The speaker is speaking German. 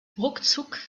ruckzuck